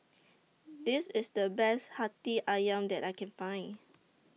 This IS The Best Hati Ayam that I Can Find